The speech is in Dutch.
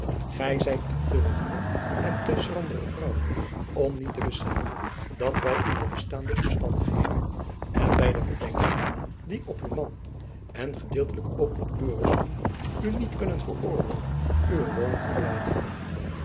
zijt een te wakkere en te schrandere vrouw om niet te beseffen dat wy in de bestaande omstandigheden en by de verdenkingen die op uw man en gedeeltelijk ook op u rusten u niet kunnen veroorloven uwe woning te verlaten